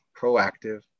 proactive